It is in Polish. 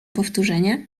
powtórzenie